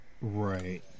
Right